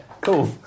cool